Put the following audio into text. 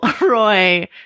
Roy